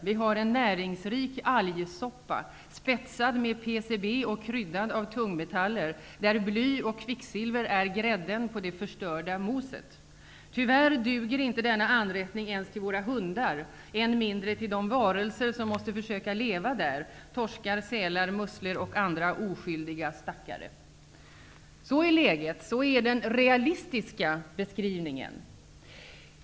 Vi har en näringsrik algsoppa, spetsad med PCB och kryddad av tungmetaller, där bly och kvicksilver är grädden på det förstörda moset. Tyvärr duger inte denna anrättning ens till våra hundar -- än mindre till de varelser som måste försöka leva där; torskar, sälar, musslor och andra oskyldiga stackare.'' Så är den realistiska beskrivningen av läget.